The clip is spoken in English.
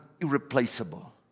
irreplaceable